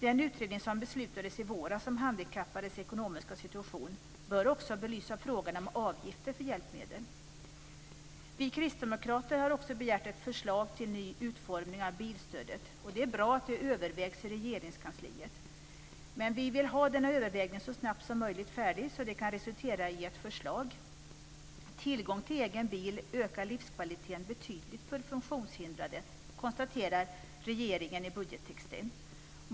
Den utredning som i beslutades i våras om handikappades ekonomiska situation bör också belysa frågan om avgifter för hjälpmedel. Vi kristdemokrater har också begärt ett förslag till ny utformning av bilstödet. Det är bra att detta övervägs i Regeringskansliet, men vi vill ha denna övervägning färdig så snabbt som möjligt, så att den kan resultera i ett förslag. Tillgång till egen bil ökar livskvaliteten betydligt för funktionshindrade, konstaterar regeringen i budgettexten.